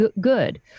good